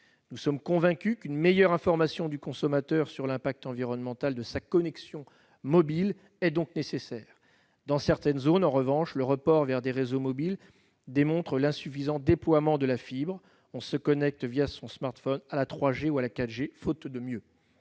Nous sommes convaincus qu'une meilleure information du consommateur sur l'impact environnemental de sa connexion mobile est nécessaire. Dans certaines zones, en revanche, le report vers les réseaux mobiles démontre l'insuffisant déploiement de la fibre : on se connecte son smartphone à la 3G ou à la 4G faute de mieux.